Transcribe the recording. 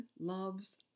loves